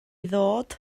ddod